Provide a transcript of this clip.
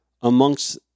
amongst